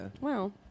Wow